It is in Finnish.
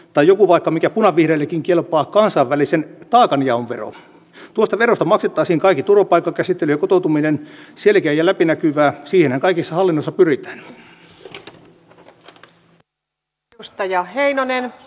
että joku vaikka mikä punavihreillekin kelpaa kansainvälisen taakanjaon vero tuoteverosta maksettaisiin kaikki turvapaikkakäsittelykotoutuminen selkeää ja läpinäkyvää siihenhän kaikessa hallinnossa pyritään ja teosta ja heinone